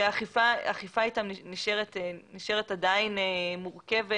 שהאכיפה הייתה נשארת עדיין מורכבת,